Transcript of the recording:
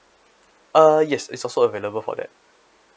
uh yes it's also available for that